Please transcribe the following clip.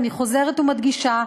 ואני חוזרת ומדגישה,